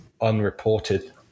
unreported